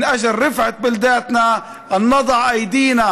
על כולנו לשתף פעולה למען רווחת היישובים שלנו ולפעול בצוותא.